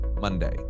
Monday